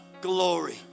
glory